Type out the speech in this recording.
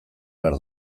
behar